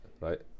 Right